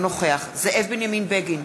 אינו נוכח זאב בנימין בגין,